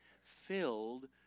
filled